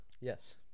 Yes